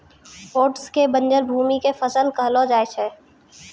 oats कॅ बंजर भूमि के फसल कहलो जाय छै